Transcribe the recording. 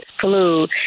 flu